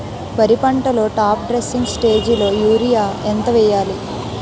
వరి పంటలో top dressing స్టేజిలో యూరియా ఎంత వెయ్యాలి?